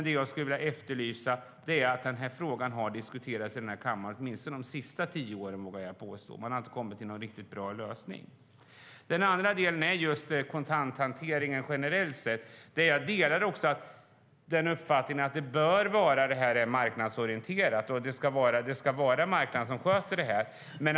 Det jag skulle vilja betona är dock att frågan har diskuterats i kammaren under åtminstone de sista tio åren, vågar jag påstå, och att vi inte har kommit fram till någon riktigt bra lösning. Vidare handlar det om kontanthanteringen generellt sett. Där delar jag också uppfattningen att det bör vara marknadsorienterat och att det ska vara marknaden som sköter det.